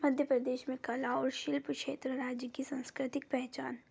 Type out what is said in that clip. मध्य प्रदेश में कला और शिल्प क्षेत्र राज्य की संस्कृतिक पहचान